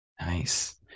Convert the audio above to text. Nice